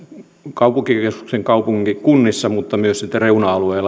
kaupunkikeskusten kaupunkikunnissa mutta myös sitten reuna alueilla